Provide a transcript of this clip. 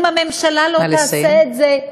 אם הממשלה לא תעשה את זה,